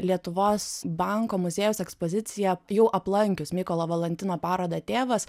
lietuvos banko muziejaus ekspoziciją jau aplankius mykolo valantino parodą tėvas